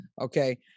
Okay